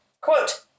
Quote